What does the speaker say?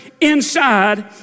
inside